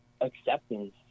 acceptance